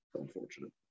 Unfortunate